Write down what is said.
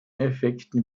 effekten